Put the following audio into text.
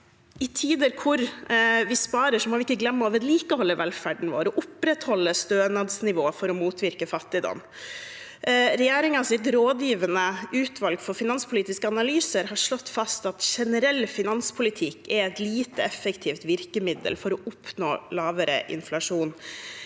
i tider hvor vi sparer, må vi ikke glemme å vedlikeholde velferden vår og opprettholde stønadsnivået for å motvirke fattigdom. Regjeringens rådgivende utvalg for finanspolitiske analyser har slått fast at generell finanspolitikk er et lite effektivt virkemiddel for å oppnå lavere inflasjon.